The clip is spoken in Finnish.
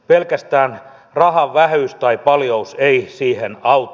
pelkästään rahan vähyys tai paljous ei siihen auta